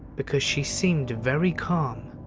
because she seemed very calm.